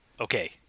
okay